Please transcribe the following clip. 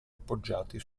appoggiati